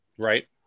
Right